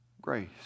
grace